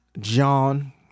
John